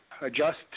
adjust